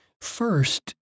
First